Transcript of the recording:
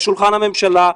לשולחן הממשלה.